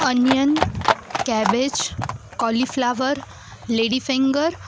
onion cabbage cauliflower lady finger